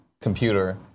computer